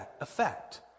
effect